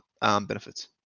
benefits